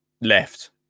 left